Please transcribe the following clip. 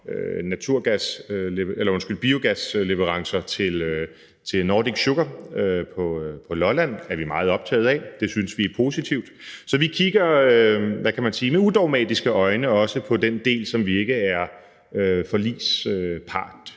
biogasleverancer til Nordic Sugar på Lolland er vi meget optaget af. Det synes vi er positivt. Så vi kigger med udogmatiske øjne også på den del, som vi ikke er forligspart